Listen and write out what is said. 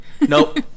Nope